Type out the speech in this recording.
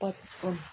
पच्चपन्न